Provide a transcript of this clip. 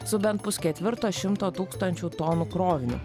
su bent pusketvirto šimto tūkstančių tonų kroviniu